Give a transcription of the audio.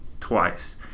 twice